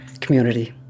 community